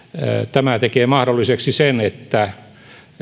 tämä tekee mahdolliseksi sen että